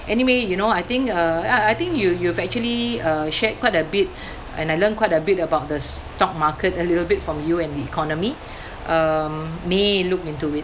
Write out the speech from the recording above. anyway you know I think uh I I think you you've actually uh shared quite a bit and I learn quite a bit about the stock market a little bit from you and the economy um may look into it